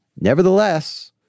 Nevertheless